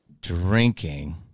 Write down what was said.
drinking